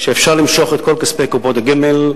שאפשר למשוך את כל כספי קופות הגמל,